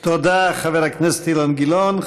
תודה, חבר הכנסת אילן גילאון.